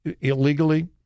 illegally